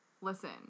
listen